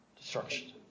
destruction